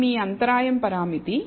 ఇది మీ అంతరాయం పరామితి